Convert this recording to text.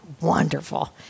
wonderful